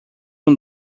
com